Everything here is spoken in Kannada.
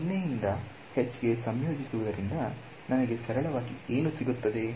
0 ರಿಂದ h ಗೆ ಸಂಯೋಜಿಸುವುದರಿಂದ ನನಗೆ ಸರಳವಾಗಿ ಏನು ಸಿಗುತ್ತದೆ